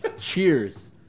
Cheers